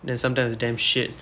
then sometimes damn shit